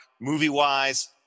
movie-wise